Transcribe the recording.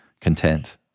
content